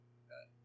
okay